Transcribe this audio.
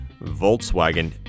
Volkswagen